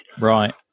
Right